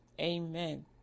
Amen